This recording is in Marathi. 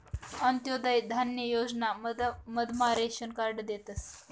अंत्योदय धान्य योजना मधमा रेशन कार्ड देतस